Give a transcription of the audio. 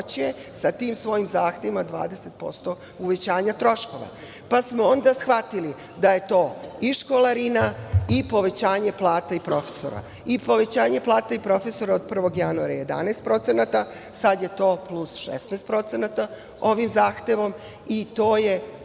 sa tim svojim zahtevima od 20% uvećanja troškova, pa smo onda shvatili da je to i školarina i povećanje plata i profesora i povećanje plata i profesora od 1. januara 11%, sada je to plus 16% ovim zahtevom i to je